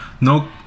no